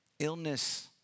illness